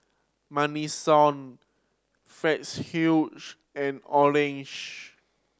Madison Fitzhugh and Orange